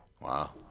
Wow